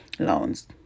loans